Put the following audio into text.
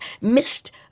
missed